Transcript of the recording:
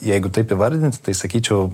jeigu taip įvardinti tai sakyčiau